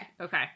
Okay